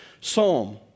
psalm